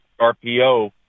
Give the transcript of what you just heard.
RPO